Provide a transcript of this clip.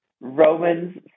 Romans